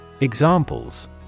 Examples